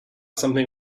something